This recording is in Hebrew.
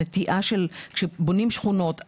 הנטיעה כשבונים שכונות,